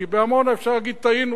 כי בעמונה אפשר להגיד: טעינו,